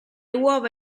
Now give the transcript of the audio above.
uova